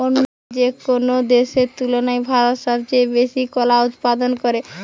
অন্য যেকোনো দেশের তুলনায় ভারত সবচেয়ে বেশি কলা উৎপাদন করে